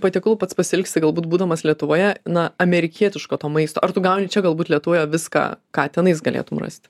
patiekalų pats pasiilgsi galbūt būdamas lietuvoje na amerikietiško to maisto ar tu gauni čia galbūt lietuvoje viską ką tenais galėtum rasti